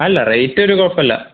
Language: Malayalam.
അല്ല റേറ്റൊരു കുഴപ്പമില്ല